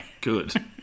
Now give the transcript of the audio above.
Good